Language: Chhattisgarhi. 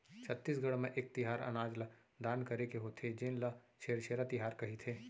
छत्तीसगढ़ म एक तिहार अनाज ल दान करे के होथे जेन ल छेरछेरा तिहार कहिथे